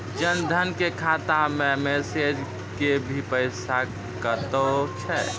जन धन के खाता मैं मैसेज के भी पैसा कतो छ?